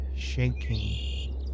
Shaking